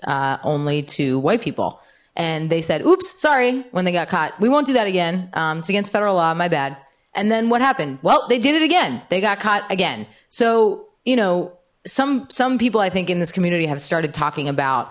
ads only to white people and they said oops sorry when they got caught we won't do that again it's against federal law my bad and then what happened well they did it again they got caught again so you know some some people i think in this community have started talking about